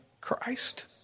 Christ